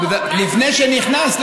לפני שנכנסת,